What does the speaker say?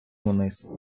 униз